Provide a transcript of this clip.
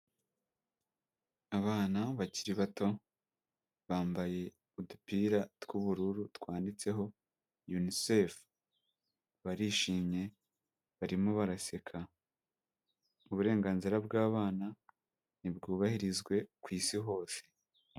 Abana bakiri bato, bambaye udupira tw'ubururu twanditseho UNICEF. Barishimye, barimo baraseka, uburenganzira bw'abana nibwubahirizwe ku isi hose.